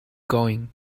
going